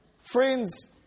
friends